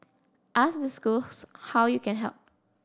ask the schools how you can help